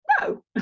no